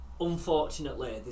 unfortunately